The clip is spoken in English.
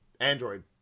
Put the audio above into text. android